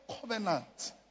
covenant